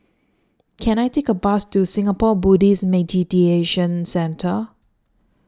Can I Take A Bus to Singapore Buddhist Meditation Centre